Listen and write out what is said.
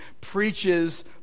preaches